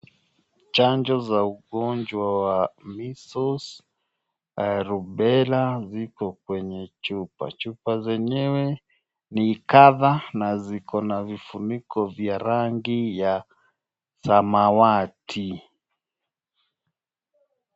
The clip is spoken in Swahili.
Chanjo za ugonjwa wa measles rubela ziko kwenye chupa. Chupa zenyewe ni kadhaa na ziko na vifuniko vya rangi ya samawati.